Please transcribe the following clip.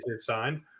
signed